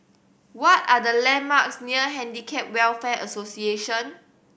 what are the landmarks near Handicap Welfare Association